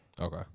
Okay